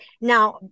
Now